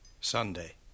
Sunday